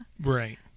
Right